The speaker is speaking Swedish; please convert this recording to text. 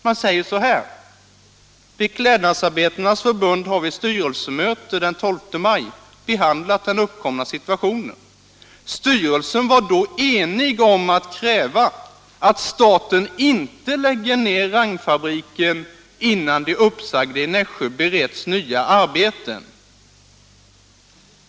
Det står så här i brevet: ”Beklädnadsarbetarnas förbund har vid styrelsemöte den 12 maj behandlat den uppkomna situationen. Styrelsen var då enig om att kräva, att staten inte lägger ned Rangfabriken innan de uppsagda i Nässjö beretts nya arbeten.